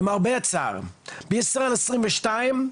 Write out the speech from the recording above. למרבה הצער, בישראל 22',